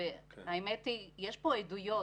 יש כאן עדויות.